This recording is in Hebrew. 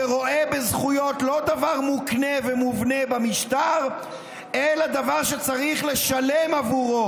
שרואה בזכויות לא דבר מוקנה ומובנה במשטר אלא דבר שצריך לשלם עבורו.